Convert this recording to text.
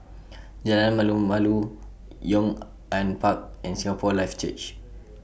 Jalan Malu Malu Yong An Park and Singapore Life Church